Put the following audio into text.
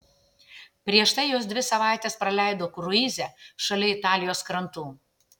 prieš tai jos dvi savaites praleido kruize šalia italijos krantų